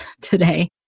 today